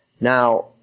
Now